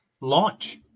launch